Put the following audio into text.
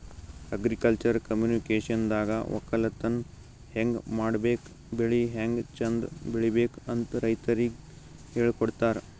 agriculture ಕಮ್ಯುನಿಕೇಷನ್ದಾಗ ವಕ್ಕಲತನ್ ಹೆಂಗ್ ಮಾಡ್ಬೇಕ್ ಬೆಳಿ ಹ್ಯಾಂಗ್ ಚಂದ್ ಬೆಳಿಬೇಕ್ ಅಂತ್ ರೈತರಿಗ್ ಹೇಳ್ಕೊಡ್ತಾರ್